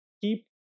keep